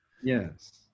yes